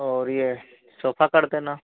और ये सोफा कर देना